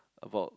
about